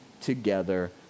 together